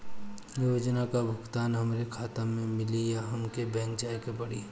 योजनाओ का भुगतान हमरे खाता में मिली या हमके बैंक जाये के पड़ी?